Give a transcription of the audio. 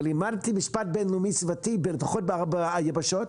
ולימדתי משפט בין-לאומי סביבתי בלפחות ארבע יבשות,